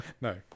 no